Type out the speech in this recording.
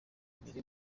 imbere